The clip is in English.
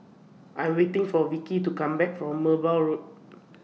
I Am waiting For Vickey to Come Back from Merbau Road